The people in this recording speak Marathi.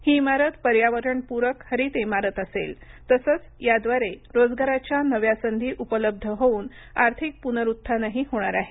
ही इमारत पर्यावरणप्रक हरित इमारत असेल तसंच याद्वारे रोजगाराच्या नव्या संधी उपलब्ध होऊन आर्थिक पुनरुथ्थानही होणार आहे